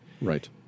Right